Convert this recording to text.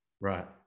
Right